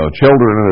children